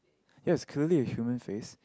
yes it's clearly a human face